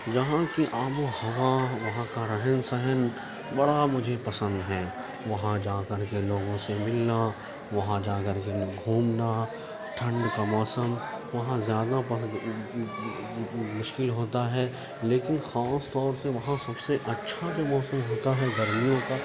جہاں کی آب و ہوا یہاں کا رہن سہن بڑا مجھے پسند ہیں وہاں جا کر کے لوگوں سے ملنا وہاں جا کر کے گھومنا ٹھنڈ کا موسم وہاں جانا مشکل ہوتا ہے لیکن خاص طور سے وہاں سب سے اچھا جو موسم ہوتا ہے گرمیوں کا